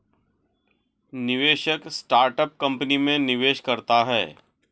निवेशक startup company में निवेश करता है